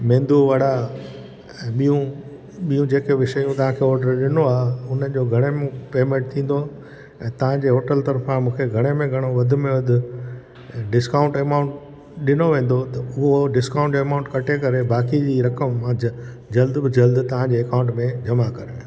मेंदू वडा ऐं ॿियूं ॿियूं जेकी बि शयूं तव्हांखे ऑडर ॾिनो आहे हुन जो घणे में पेमेंट थींदो ऐं तव्हांजे होटल तरफ़ां मूंखे घणे में घणो वधि में वधि डिस्काउंट एमाउंट ॾिनो वेंदो त उहो डिस्काउंट एमाउंट कटे करे बाक़ी जी रक़म मां जल जल्द में जल्द तव्हांजे एकाउंट में जमा कराया